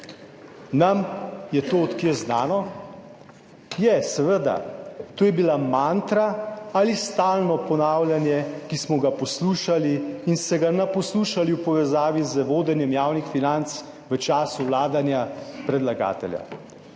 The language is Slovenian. Nam je to od kod znano? Je, seveda. To je bila mantra ali stalno ponavljanje, ki smo ga poslušali in se ga naposlušali v povezavi z vodenjem javnih financ v času vladanja predlagatelja.